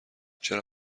چرا